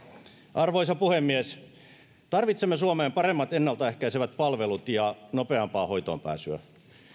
arvoisa puhemies tarvitsemme suomeen paremmat ennalta ehkäisevät palvelut ja nopeampaa hoitoon pääsyä